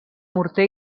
morter